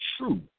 true